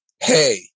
hey